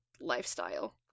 lifestyle